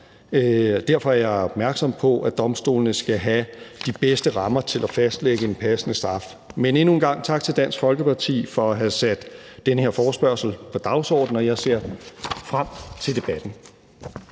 Derfor er jeg opmærksom på, at domstolene skal have de bedste rammer til at fastlægge en passende straf. Men endnu en gang tak til Dansk Folkeparti for at have sat den her forespørgsel på dagsordenen, og jeg ser frem til debatten.